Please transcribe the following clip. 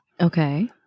Okay